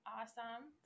awesome